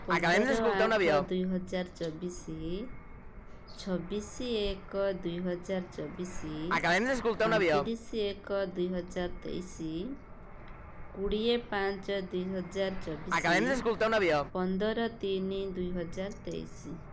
ପନ୍ଦର ଆଠ ଦୁଇ ହଜାର ଚବିଶ ଛବିଶ ଏକ ଦୁଇ ହଜାର ଚବିଶ ଅଣତିରିଶ ଏକ ଦୁଇ ହଜାର ତେଇଶ କୋଡ଼ିଏ ପାଞ୍ଚ ଦୁଇ ହଜାର ଚବିଶ ପନ୍ଦର ତିନି ଦୁଇ ହଜାର ତେଇଶ